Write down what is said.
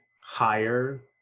higher